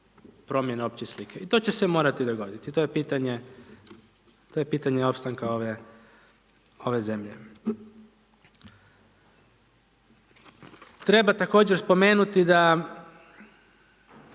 promjene opće slike i to će se morati dogoditi i to je pitanje opstanka ove zemlje. Treba također spomenuti